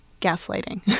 gaslighting